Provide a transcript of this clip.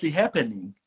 happening